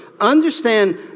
understand